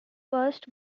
first